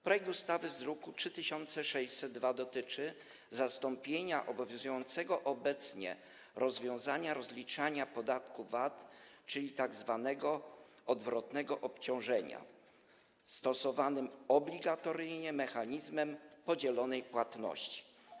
Projekt ustawy z druku nr 3602 dotyczy zastąpienia obowiązującego obecnie rozwiązania dotyczącego rozliczania podatku VAT, czyli tzw. odwrotnego obciążenia, stosowanym obligatoryjnie mechanizmem podzielonej płatności.